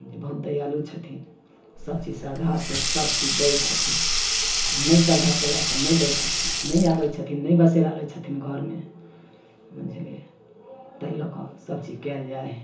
जे बहुत दयालु छथिन सबचीज श्रद्धासँ सबचीज दै छथिन आओर नहि श्रद्धा कएलासँ नहि दै छथिन नहि आबै छथिन नहि बसेरा लै छथिन घरमे बुझलिए ताहि लऽ कऽ सबचीज कएल जाइ हइ